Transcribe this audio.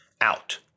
out